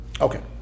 Okay